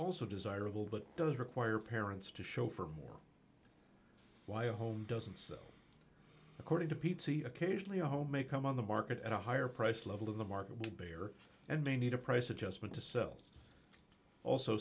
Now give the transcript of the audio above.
also desirable but does require parents to show for more why a home doesn't so according to pete see occasionally a home a come on the market at a higher price level of the market would bear and may need a price adjustment to sell also